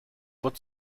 what